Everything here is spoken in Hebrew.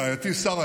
רעייתי שרה,